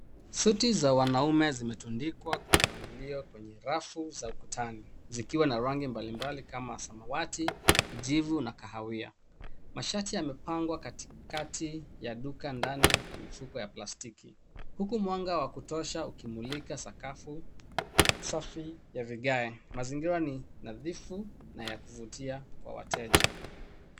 Suti za wanaume zimetundikwa kwa mpangilio kwenye rafu za ukutani, zikiwa na rangi mbalimbali kama samawati, kijivu na kahawia. Mashati yamepangwa katikati ya duka ndani ya mifuko ya plastiki, huku mwanga wa kutosha ukimulika sakafu safi ya vigae. Mazingira ni nadhifu na ya kuvutia kwa wateja.